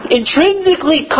intrinsically